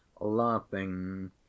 laughing